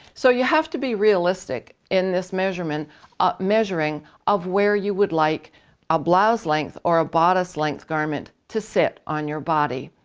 so you have to be realistic in this measurement measuring of where you would like a blouse length or a bodice length garment to sit on your body.